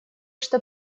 что